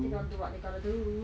they got to do what they got to do